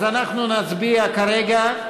אז אנחנו נצביע כרגע,